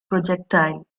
projectile